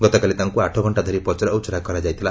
ଗତକାଲି ତାଙ୍କୁ ଆଠ ଘଣ୍ଟା ଧରି ପଚରାଉଚରା କରାଯାଇଥିଲା